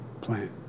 plan